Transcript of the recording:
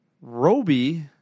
Roby